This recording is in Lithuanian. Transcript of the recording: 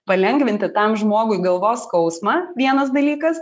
palengvinti tam žmogui galvos skausmą vienas dalykas